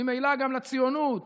וממילא גם לציונות.